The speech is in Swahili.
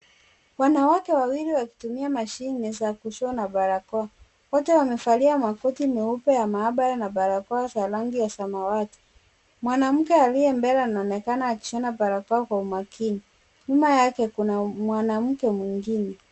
Wanawake wawili wakitumia mashine za kushona barakoa. Wote wamevalia makoti meupe ya maabara na barakoa za rangi ya samawati. Mwanamke aliye mbele anaonekana akishona barakoa kwa umakini. Nyuma yake kuna mwanamke mwingine.